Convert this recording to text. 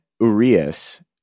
Urias